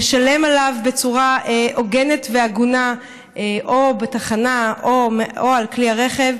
לשלם עליו בצורה הוגנת והגונה בתחנה או על כלי הרכב,